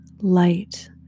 light